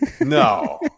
No